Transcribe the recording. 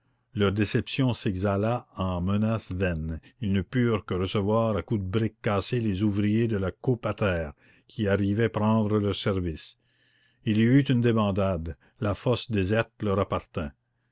leur déception s'exhala en menaces vaines ils ne purent que recevoir à coups de briques cassées les ouvriers de la coupe à terre qui arrivaient prendre leur service il y eut une débandade la fosse déserte leur appartint